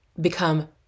become